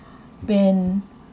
when